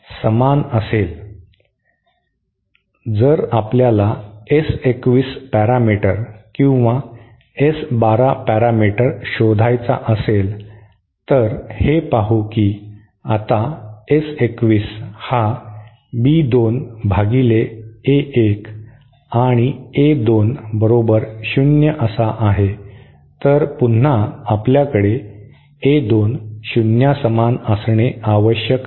जर आपल्याला S 2 1 parameter किंवा S 1 2 पॅरामीटर शोधायचा असेल तर हे पाहू की आता S 2 1 हा B 2 भागिले A 1 आणि A 2 बरोबर शून्य असा आहे तर पुन्हा आपल्याकडे A 2 शून्यासमान असणे आवश्यक आहे